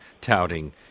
touting